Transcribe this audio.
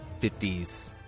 50s